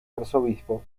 arzobispo